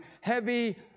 heavy